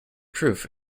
proof